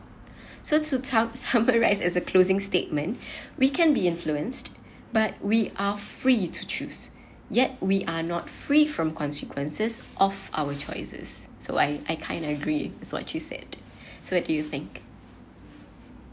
so to tubs summarise as a closing statement we can be influenced but we are free to choose yet we are not free from consequences of our choices so I I kind of agree with what you said so do you think